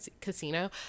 casino